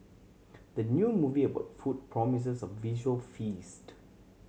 the new movie about food promises a visual feast